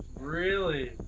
really?